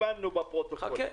זה בפרוטוקול.